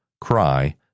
cry